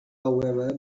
however